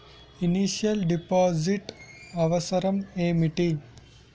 Initial deposit అవసరం ఏమిటి?